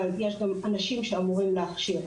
אבל יש גם אנשים שאמורים להכשיר.